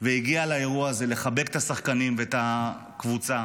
והגיע לאירוע הזה לחבק את השחקנים ואת הקבוצה,